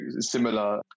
similar